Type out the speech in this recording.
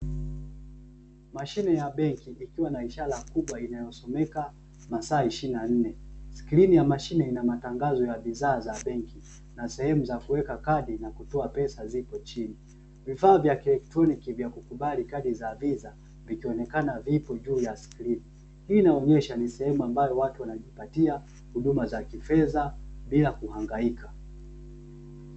Mashine ya benki ikiwa na ishara kubwa inayosomeka masaa ishirini na nne, skrini ya mashine ina matangazo ya bidhaa za benki na sehemu za kuweka kadi na kutoa pesa ziko chini. Vifaa vya kielektroniki vya kukubali kadi za viza vikionekana vipo juu ya skrini hii inaonyesha ni sehemu ambayo watu wanajipatia huduma za kifedha bila kuhangaika.